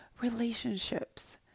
relationships